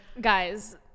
guys